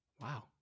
Wow